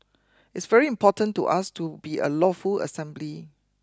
it's very important to us to be a lawful assembly